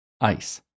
ice